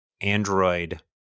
Android